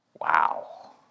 Wow